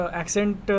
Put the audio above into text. accent